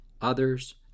others